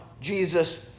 Jesus